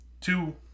two